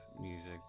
music